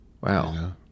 Wow